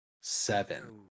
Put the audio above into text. Seven